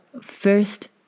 first